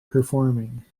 performing